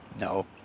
No